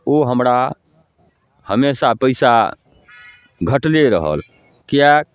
ओ हमरा हमेशा पइसा घटले रहल किएक